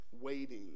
waiting